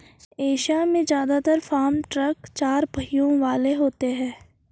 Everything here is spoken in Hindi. एशिया में जदात्र फार्म ट्रक चार पहियों वाले होते हैं